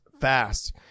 fast